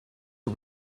are